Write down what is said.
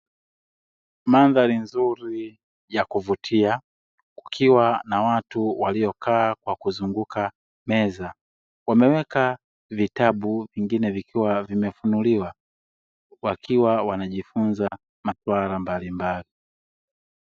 Madhari nzuri ya kuvutia ikiwa na watu waliokaa kwa kuzunguka meza wameweka vitabu vingine vikiwa vimefunuliwa, wakiwa wanajifunza maswala mbalimbali.